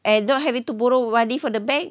and not having to borrow money from the bank